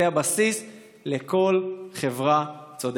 זה הבסיס לכל חברה צודקת.